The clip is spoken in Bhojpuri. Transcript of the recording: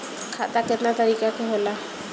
खाता केतना तरीका के होला?